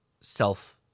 self